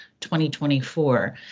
2024